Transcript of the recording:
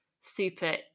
super